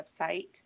website